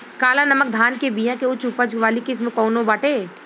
काला नमक धान के बिया के उच्च उपज वाली किस्म कौनो बाटे?